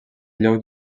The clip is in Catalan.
lloc